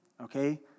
Okay